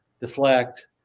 deflect